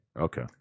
Okay